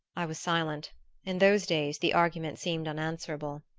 i was silent in those days the argument seemed unanswerable.